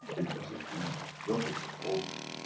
it wasn't me, nobody told me.